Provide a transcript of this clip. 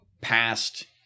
past